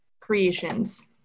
creations